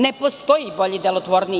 Ne postoji bolji i delotvorniji.